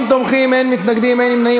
30 תומכים, אין מתנגדים ואין נמנעים.